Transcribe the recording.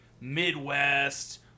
midwest